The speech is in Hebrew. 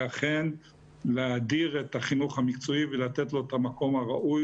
אכן להאדיר את החינוך המקצועי ולתת לו את המקום הראוי